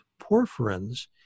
porphyrins